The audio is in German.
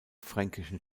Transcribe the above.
fränkischen